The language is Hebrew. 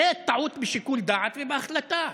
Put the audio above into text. זו טעות בשיקול דעת ובהחלטה.